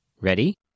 Ready